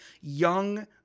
young